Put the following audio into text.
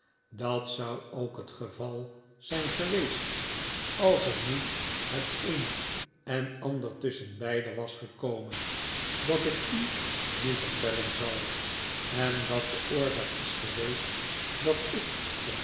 dat zou ook het geval zijn geweest als er niet het een en ander tusschenbeide was gekomen dat ik u nu vertellen zal en dat de oorzaak is geweest dat ik